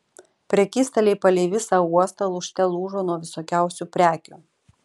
prekystaliai palei visą uostą lūžte lūžo nuo visokiausių prekių